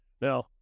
Now